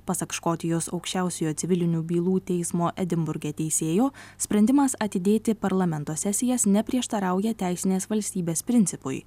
pasak škotijos aukščiausiojo civilinių bylų teismo edinburge teisėjo sprendimas atidėti parlamento sesijas neprieštarauja teisinės valstybės principui